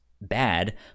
bad